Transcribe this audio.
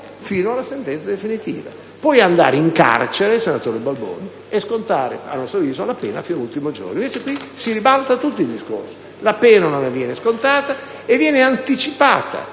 fino alla sentenza definitiva e poi andare in carcere, senatore Balboni, e scontare la pena fino all'ultimo giorno. Invece qui si ribalta tutto il discorso: la pena non viene scontata e viene anticipata.